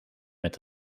met